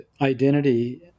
identity